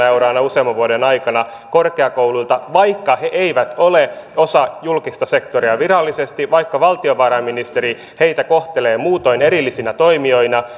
euroa useamman vuoden aikana korkeakouluilta vaikka ne eivät ole osa julkista sektoria virallisesti vaikka valtiovarainministeri niitä kohtelee muutoin erillisinä toimijoina